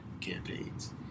campaigns